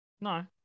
No